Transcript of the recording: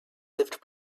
lived